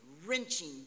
Wrenching